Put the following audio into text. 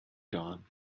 dawn